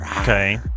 Okay